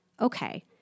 okay